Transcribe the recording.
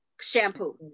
shampoo